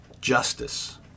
justice